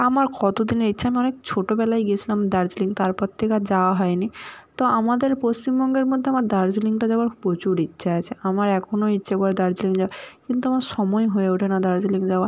আমার কতো দিনের ইচ্ছা আমি অনেক ছোটোবেলায় গিয়েছিলাম দার্জিলিং তারপর থেকে আর যাওয়া হয়নি তো আমাদের পশ্চিমবঙ্গের মধ্যে আমার দার্জিলিংটা যাওয়ার প্রচুর ইচ্ছা আছে আমার এখনও ইচ্ছে করে দার্জিলিং যাওয়ার কিন্তু আমার সময় হয়ে ওঠে না দার্জিলিং যাওয়ার